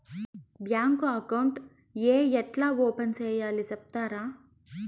Bank account ఏ ఎట్లా open సేయాలి సెప్తారా?